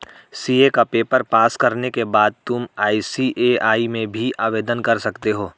CA का paper pass करने के बाद तुम आई.सी.ए.आई में भी आवेदन कर सकते हो